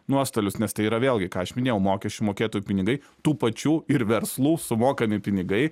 nuostolius nes tai yra vėlgi ką aš minėjau mokesčių mokėtojų pinigai tų pačių ir verslų sumokami pinigai